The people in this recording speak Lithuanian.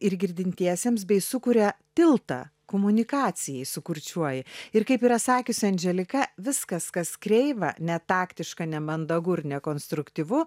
ir girdintiesiems bei sukuria tiltą komunikacijai su kurčiuoju ir kaip yra sakiusi andželika viskas kas kreiva netaktiška nemandagu ir nekonstruktyvu